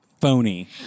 Phony